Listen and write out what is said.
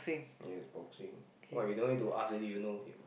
yes boxing why you don't need to ask you know him